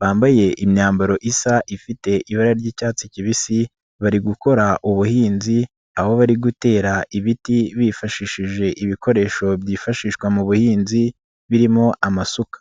bambaye imyambaro isa, ifite ibara ry'icyatsi kibisi, bari gukora ubuhinzi, aho bari gutera ibiti bifashishije ibikoresho byifashishwa mu buhinzi, birimo amasuka.